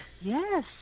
Yes